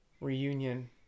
reunion